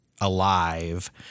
alive